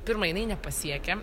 pirma jinainepasiekia